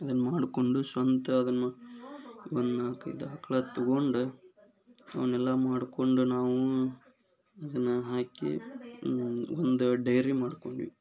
ಇದನ್ನು ಮಾಡಿಕೊಂಡು ಸ್ವಂತ ಅದನ್ನು ಒಂದು ನಾಲ್ಕೈದು ಆಕಳು ತಗೊಂಡು ಅವನ್ನೆಲ್ಲ ಮಾಡಿಕೊಂಡು ನಾವು ಇದನ್ನು ಹಾಕಿ ಒಂದು ಡೈರಿ ಮಾಡಿಕೊಂಡ್ವಿ